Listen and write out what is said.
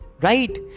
Right